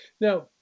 Now